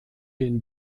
den